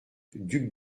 duc